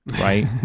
right